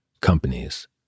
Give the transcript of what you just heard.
companies